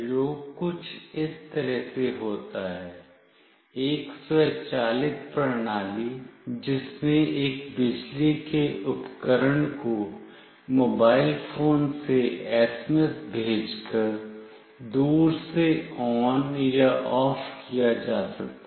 प्रयोग कुछ इस तरह से होता है एक स्वचालित प्रणाली जिसमें एक बिजली के उपकरण को मोबाइल फोन से एसएमएस भेजकर दूर से on या off किया जा सकता है